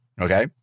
Okay